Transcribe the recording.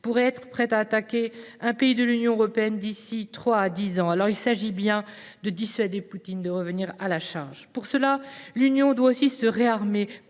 pourrait être prête à attaquer un pays de l’Union européenne d’ici trois à dix ans. Alors, il s’agit bien de dissuader Poutine de revenir à la charge. Pour cela, l’Union doit aussi se réarmer